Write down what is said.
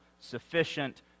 sufficient